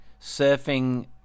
surfing